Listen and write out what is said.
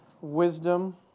wisdom